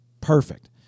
perfect